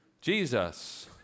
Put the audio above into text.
Jesus